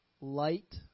light